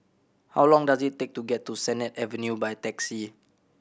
how long does it take to get to Sennett Avenue by taxi